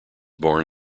born